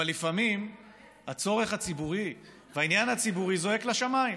אבל לפעמים הצורך הציבורי והעניין הציבורי זועקים לשמיים.